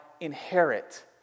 inherit